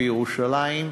בירושלים,